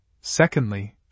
Secondly